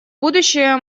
будущее